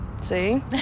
See